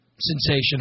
sensation